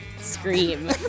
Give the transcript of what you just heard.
Scream